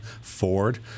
Ford